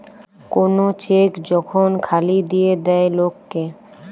কোন চেক যখন খালি দিয়ে দেয় লোক কে